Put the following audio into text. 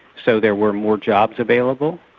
so there were more jobs available.